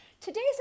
Today's